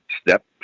step